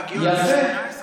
בהגיעו לגיל 18,